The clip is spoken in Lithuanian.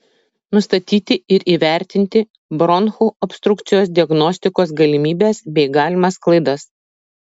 nustatyti ir įvertinti bronchų obstrukcijos diagnostikos galimybes bei galimas klaidas